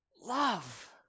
love